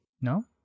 no